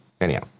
Anyhow